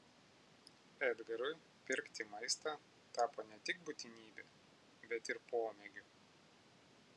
edgarui pirkti maistą tapo ne tik būtinybe bet ir pomėgiu